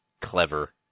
clever